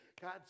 God